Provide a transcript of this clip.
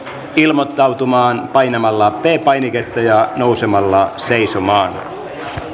ilmoittautumaan painamalla p painiketta ja nousemalla seisomaan